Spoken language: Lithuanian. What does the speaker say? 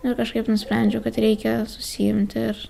nu ir kažkaip nusprendžiau kad reikia susiimti ir